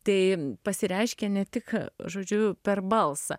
tai pasireiškia ne tik žodžiu per balsą